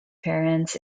parents